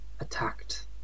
attacked